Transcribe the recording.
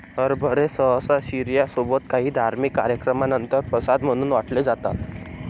हरभरे सहसा शिर्या सोबत काही धार्मिक कार्यक्रमानंतर प्रसाद म्हणून वाटले जातात